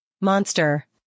Monster